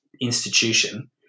institution